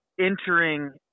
entering